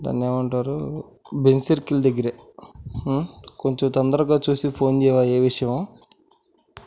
దాన్ని ఏమంటారు Benz circle దగ్గరే కొంచెం తొందరగా చూసి ఫోన్ చేయవా ఏ విషయము